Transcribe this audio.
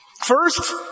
First